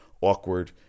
awkward